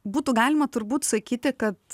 būtų galima turbūt sakyti kad